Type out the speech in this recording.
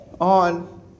on